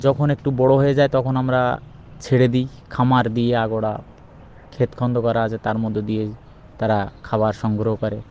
যখন একটু বড়ো হয়ে যায় তখন আমরা ছেড়ে দিই খামার দিয়ে আগড়া ক্ষেত খন্ড করা আছে তার মধ্যে দিয়ে তারা খাবার সংগ্রহ করে